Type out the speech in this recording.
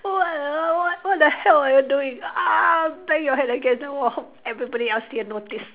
what the what the hell are you doing bang your head against the wall everybody else they notice